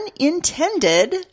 unintended